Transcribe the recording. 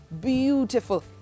beautiful